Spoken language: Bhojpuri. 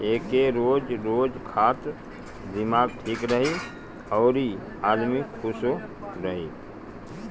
एके रोज रोज खा त दिमाग ठीक रही अउरी आदमी खुशो रही